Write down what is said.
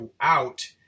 out